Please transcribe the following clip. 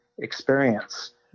experience